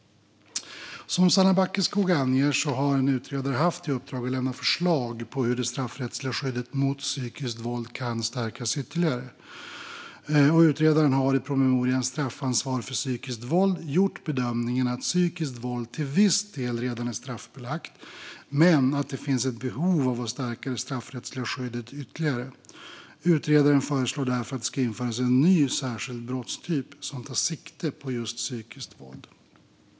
Som Sanna Backeskog anger har en utredare haft i uppdrag att lämna förslag på hur det straffrättsliga skyddet mot psykiskt våld kan stärkas ytterligare. Utredaren har i promemorian Straffansvar för psykiskt våld gjort bedömningen att psykiskt våld till viss del redan är straffbelagt men att det finns ett behov av att stärka det straffrättsliga skyddet ytterligare. Utredaren föreslår därför att det ska införas en ny särskild brottstyp som tar sikte på just psykiskt våld.